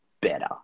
better